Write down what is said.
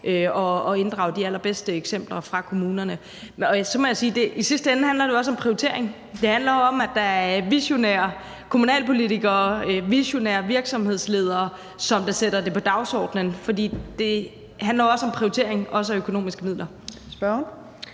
og inddrage de allerbedste eksempler fra kommunerne. Og så må jeg sige, at det i sidste ende også handler om prioritering. Det handler jo om, at der er visionære kommunalpolitikere og visionære virksomhedsledere, som sætter det på dagsordenen, for det handler også om prioritering af økonomiske midler.